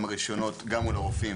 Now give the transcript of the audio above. גם הרשיונות גם מול הרופאים,